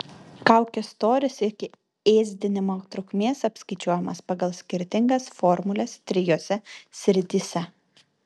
kaukės storis iki ėsdinimo trukmės apskaičiuojamas pagal skirtingas formules trijose srityse